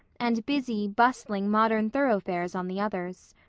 and busy, bustling, modern thoroughfares on the others.